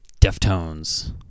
Deftones